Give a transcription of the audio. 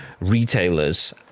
retailers